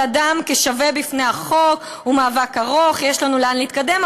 אדם כשווה בפני החוק הוא מאבק ארוך" יש לנו לאן להתקדם,